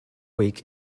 week